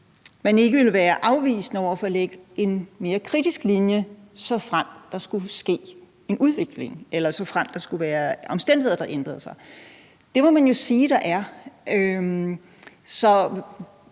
man ikke ville være afvisende over for at lægge en mere kritisk linje, såfremt der skulle ske en udvikling, eller såfremt der skulle være omstændigheder, der ændrede sig. Det må man jo sige at der er.